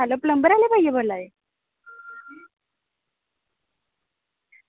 hello plumber आह्ले भैया बोला दे